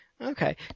Okay